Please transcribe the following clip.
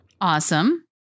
Awesome